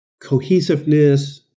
cohesiveness